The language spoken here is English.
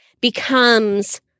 becomes